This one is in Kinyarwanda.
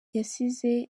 yasize